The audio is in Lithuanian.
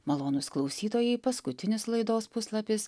malonūs klausytojai paskutinis laidos puslapis